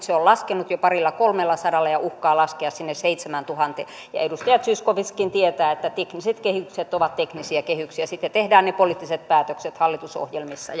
se on laskenut jo parilla kolmellasadalla ja uhkaa laskea sinne seitsemääntuhanteen ja edustaja zyskowiczkin tietää että tekniset kehykset ovat teknisiä kehyksiä ja sitten ne poliittiset päätökset tehdään hallitusohjelmissa